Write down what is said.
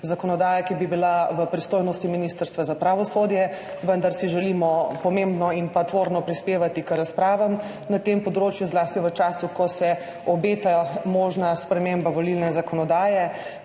zakonodaja, ki bi bila v pristojnosti Ministrstva za pravosodje. Vendar si želimo pomembno in pa tvorno prispevati k razpravam na tem področju, zlasti v času, ko se obeta možna sprememba volilne zakonodaje.